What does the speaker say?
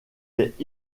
est